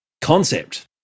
concept